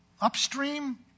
upstream